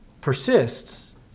persists